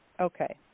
okay